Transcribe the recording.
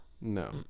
no